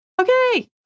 Okay